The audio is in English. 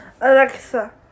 Alexa